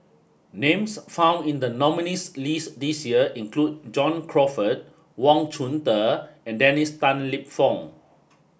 names found in the nominees list this year include John Crawfurd Wang Chunde and Dennis Tan Lip Fong